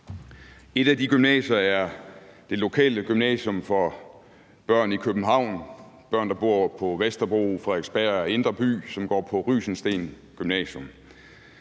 Et af de gymnasier er det lokale gymnasium for børn i København, børn, der bor på Vesterbro, Frederiksberg og indre by, og som går på Rysensteen Gymnasium.